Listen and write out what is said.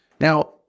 Now